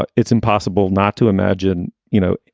ah it's impossible not to imagine, you know,